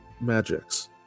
magics